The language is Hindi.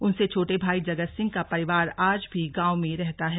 उनसे छोटे भाई जगत सिंह का परिवार आज भी गांव में रहता है